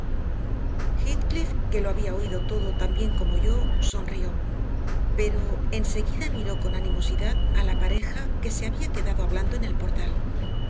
heathcliff que lo había oído todo tan bien como yo sonrió pero enseguida miró con animosidad a la pareja que se había quedado hablando en el portal